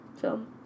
film